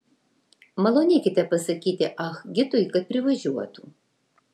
malonėkite pasakyti ah gitui kad privažiuotų